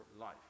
life